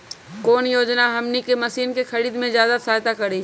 कौन योजना हमनी के मशीन के खरीद में ज्यादा सहायता करी?